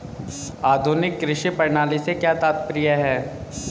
आधुनिक कृषि प्रणाली से क्या तात्पर्य है?